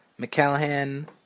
McCallahan